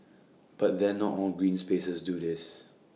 but then not all green spaces do this